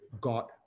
God